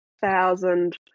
thousand